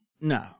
No